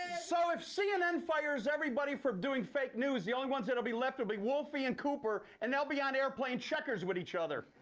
so if cnn fires everybody for doing fake news, the only ones that'll be left will be wolfie and cooper and they'll be on air playing checkers with each other.